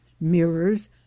mirrors